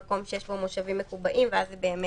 אבל חנות זה תמיד במקום סגור, אז כדאי